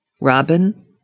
Robin